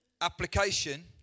application